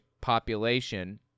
population